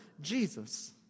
Jesus